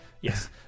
Yes